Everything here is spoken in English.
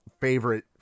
favorite